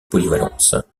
polyvalence